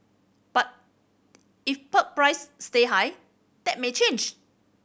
but if pulp price stay high that may change